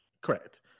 Correct